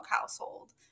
household